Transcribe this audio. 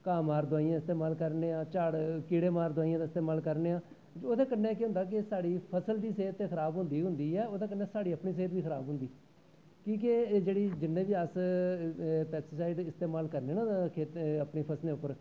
घाह् मार दवाइयें दा इस्तेमाल करने आं झाड़ आह्ली दवाइयें दा इस्तेमाल करने आं एह्दे कन्नै केह् होंदा ऐ कि साढ़ी फसल दी सेह्त ते खराब होंदी गै होंदी ऐ ओह्दै कन्नै साढ़ी अपनी सेह्त बी खराब होंदी कि के जिन्ने बी अस पैस्टीसाईड़ यूज करने न अपनें खेत्तरैं उप्पर